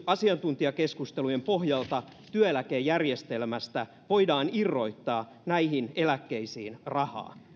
asiantuntijakeskustelujen pohjalta työeläkejärjestelmästä voidaan irrottaa näihin eläkkeisiin rahaa